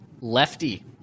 Lefty